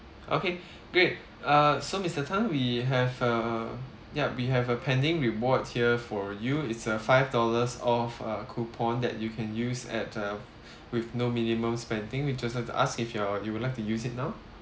okay great uh so mister tan we have uh ya we have a pending reward here for you it's a five dollars off uh coupon that you can use at uh with no minimum spending we just like to ask if you're you would like to use it now